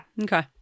Okay